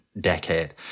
Decade